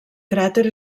cràter